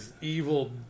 evil